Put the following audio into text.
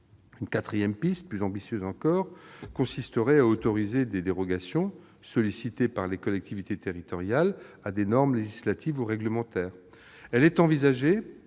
Une quatrième piste, plus ambitieuse encore, consisterait à autoriser des dérogations, sollicitées par les collectivités territoriales, à des normes législatives ou réglementaires.